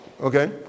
okay